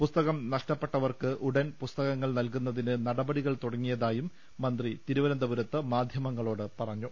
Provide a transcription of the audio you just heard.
പുസ്തകം നഷ്ടപ്പെട്ടവർക്ക് ഉടൻ പുസ്തകങ്ങൾ നൽകുന്നതിന് നടപടികൾ തുടങ്ങിയതായും മന്ത്രി തിരുവനന്തപുരത്ത് മാധ്യമങ്ങളോട് പറഞ്ഞു